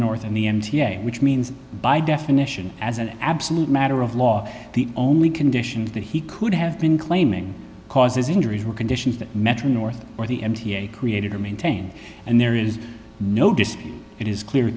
north and the m t a which means by definition as an absolute matter of law the only conditions that he could have been claiming causes injuries were conditions that metro north or the m t a created are maintained and there is no dispute it is clear